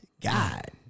God